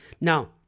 Now